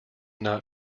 not